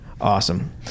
Awesome